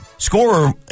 Scorer